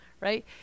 right